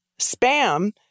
spam